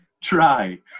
Try